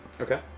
Okay